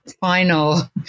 final